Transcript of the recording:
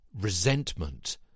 resentment